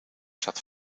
zat